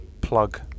plug